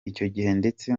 ndetse